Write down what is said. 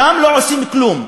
שם לא עושים כלום.